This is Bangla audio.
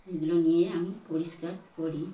এগুলো নিয়ে আমি পরিষ্কার করি